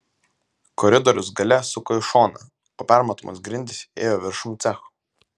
koridorius gale suko į šoną o permatomos grindys ėjo viršum cechų